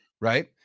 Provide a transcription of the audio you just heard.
right